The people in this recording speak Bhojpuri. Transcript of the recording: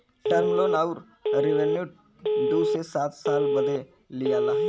टर्म लोम अउर रिवेन्यू दू से सात साल बदे लिआला